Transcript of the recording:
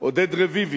עודד רביבי,